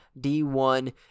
D1